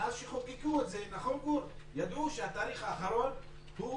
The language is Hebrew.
מאז שחוקקו את זה, ידעו שהתאריך האחרון הוא